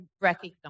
recognize